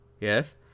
yes